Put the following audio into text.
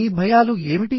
మీ భయాలు ఏమిటి